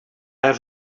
have